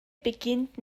beginnt